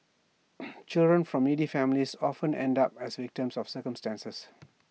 children from needy families often end up as victims of circumstance